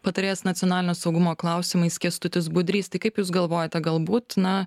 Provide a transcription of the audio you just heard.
patarėjas nacionalinio saugumo klausimais kęstutis budrys tai kaip jūs galvojate galbūt na